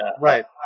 Right